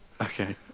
Okay